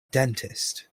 dentist